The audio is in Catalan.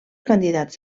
candidats